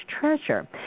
treasure